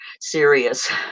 serious